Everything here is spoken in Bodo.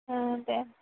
औ दे